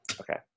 Okay